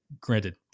Granted